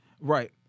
right